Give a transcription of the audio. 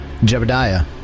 Jebediah